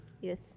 Yes